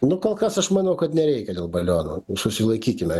nu kol kas aš manau kad nereikia dėl balionų susilaikykime